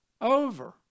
over